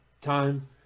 time